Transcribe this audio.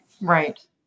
Right